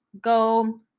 go